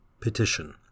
Petition